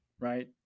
right